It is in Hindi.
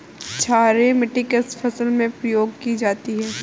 क्षारीय मिट्टी किस फसल में प्रयोग की जाती है?